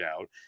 out